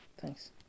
Thanks